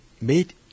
made